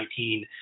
2019